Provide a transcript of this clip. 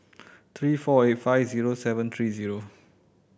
three four eight five zero seven three zero